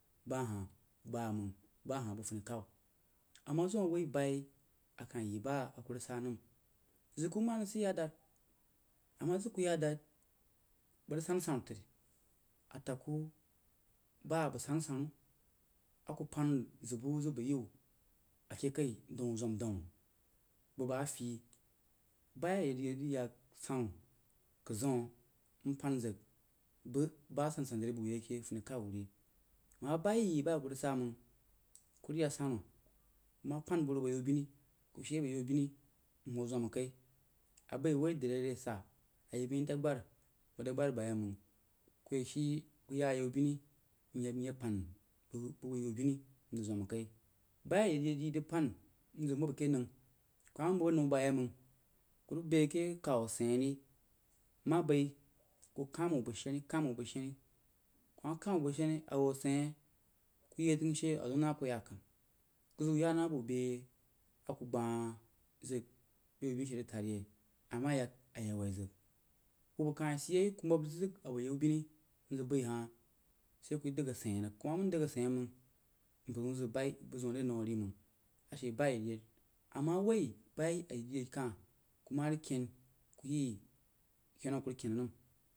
Ba hah bańməng bahah bəg funi kawu ama zim a rig woi boyi a kah yi baá aku rig san nəm zəg kuh ma rig sid ya dari a ma zəg ku ya dad bəg rig san-san tri a təg ku baá bəg san-sannu a ku pan zəg bvo zəg bai yiwu keh kai daun zwən-daun ba bəg afyi bayi ayeid-yeid rig ya sannu nai ku zeun mpan zəg bəg baá n san-san zəg rig bai wu yai keh funai kawu wuh ri ama bayi ayi ba ku rig saməng ku rig yak sannu yaubinu mhuo zwən kai a bai woi dari re asaá ayi bain daa gərah bəg dab gbrah bom ku ye shi ku ya yauhinu myək pan wui yaubinu mzəg zwəm kai bayi a yeid-yeid yi rig pan nzəg. Rig baá keh kawu asein ri ma bai ku kən wu bəg shenni, kuma kəm wu bəg shemin a wuh asein ku yeid təng she a zawu naku ya kən ku zəg wu ya na baá beh a ku gbah zik bəg yaubinu she tad yei a ma yak a ye woi zəg hubba ka sid yei mrig zəg a buoh yaubiru bai hah sai ku dəg asein rig ku ma mən dəg asein məng mpər ziu zəg bayi bəg-ziu re nau ri məng ashe bayi ayeid-yeid ama woi bayi a yeid-yeid kah ku ma rig kein kuyi kennu aku rig kein nəm.